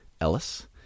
Ellis